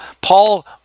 Paul